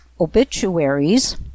Obituaries